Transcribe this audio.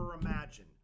imagine